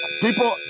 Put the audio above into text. People